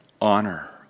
Honor